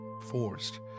forced